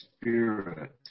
Spirit